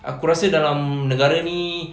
aku rasa dalam negara ni